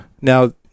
now